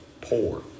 poor